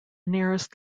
nearest